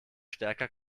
stärker